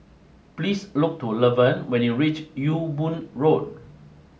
please look to Levern when you reach Ewe Boon Road